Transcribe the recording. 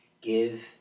give